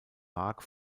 mark